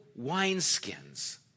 wineskins